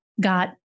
got